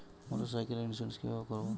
মোটরসাইকেলের ইন্সুরেন্স কিভাবে করব?